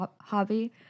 hobby